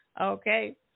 Okay